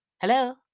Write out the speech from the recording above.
Hello